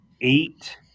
eight